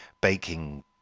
baking